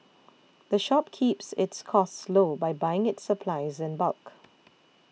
the shop keeps its costs low by buying its supplies in bulk